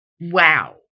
Wow